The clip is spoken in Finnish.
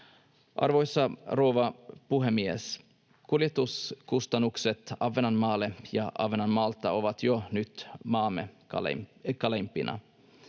Arvoisa rouva puhemies! Kuljetuskustannukset Ahvenanmaalle ja Ahvenanmaalta ovat jo nyt maamme kalleimpia.